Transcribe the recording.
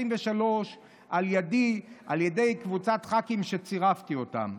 העשרים-ושלוש על ידי ועל ידי קבוצת ח"כים שצירפתי אותם.